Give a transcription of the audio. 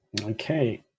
Okay